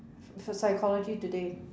psy~ Psychology Today